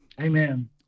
Amen